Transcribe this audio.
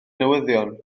newyddion